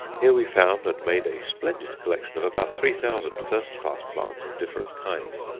here we found and made a splendid collection of about three thousand first-class plants of different kinds.